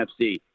NFC